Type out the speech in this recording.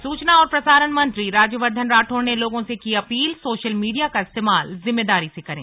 और सूचना और प्रसारण मंत्री राज्यवर्धन राठौड़ ने लोगों से की अपीलसोशल मीडिया का इस्तेमाल जिम्मेदारी से करें